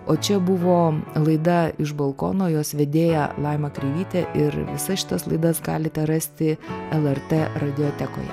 o čia buvo laida iš balkono jos vedėja laima kreivytė ir visas šitas laidas galite rasti lrt radiotekoje